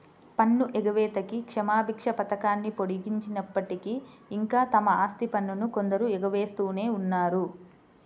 పన్ను ఎగవేతకి క్షమాభిక్ష పథకాన్ని పొడిగించినప్పటికీ, ఇంకా తమ ఆస్తి పన్నును కొందరు ఎగవేస్తూనే ఉన్నారు